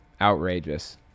outrageous